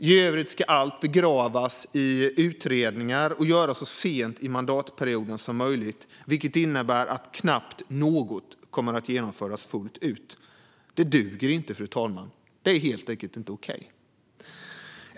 I övrigt ska allt begravas i utredningar och göras så sent i mandatperioden som möjligt, vilket innebär att knappt något kommer att genomföras fullt ut. Det duger inte, fru talman. Det är helt enkelt inte okej.